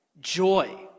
Joy